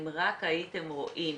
'אם רק הייתם רואים